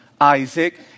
Isaac